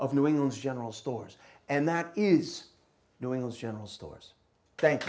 of new england's general stores and that is new in the general stores thank